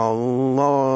Allah